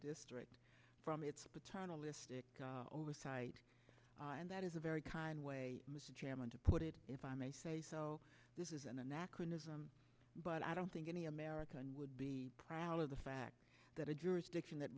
district from its paternalistic oversight and that is a very kind way mr chairman to put it if i may say so this is an anachronism but i don't think any american would be proud of the fact that a jurisdiction that